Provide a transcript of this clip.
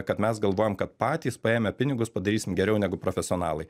kad mes galvojam kad patys paėmę pinigus padarysim geriau negu profesionalai